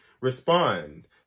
respond